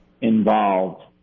involved